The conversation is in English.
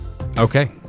Okay